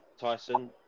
Tyson